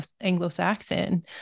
Anglo-Saxon